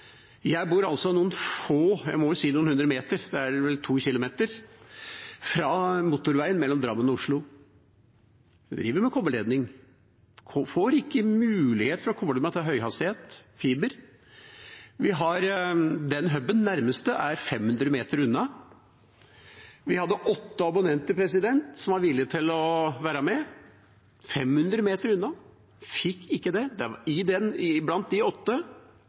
Jeg bor altså noen få meter, jeg må vel si noen hundre meter, for det er vel to kilometer, fra motorveien mellom Drammen og Oslo. Jeg driver med kobberledning, får ikke mulighet til å koble meg til høyhastighetsbredbånd, fiber. Den nærmeste «hub»-en er 500 meter unna. Vi var åtte abonnenter som var villige til å være med – 500 meter unna – fikk ikke det. Blant de åtte var det